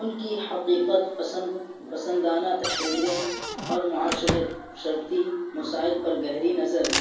ان کی حقیقت پسند پسندانہ تحریریں اور معاشر معاشرتی مسائل پر گہری نظر ہے